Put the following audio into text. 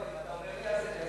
לא, אתה אומר לי לא